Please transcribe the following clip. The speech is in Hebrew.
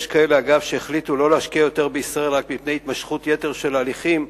יש כאלה שהחליטו לא להשקיע יותר בישראל רק מפני התמשכות יתר של הליכים,